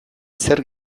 zer